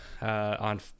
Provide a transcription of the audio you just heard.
on